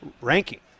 ranking